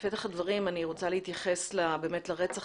בפתח הדברים אני רוצה להתייחס לרצח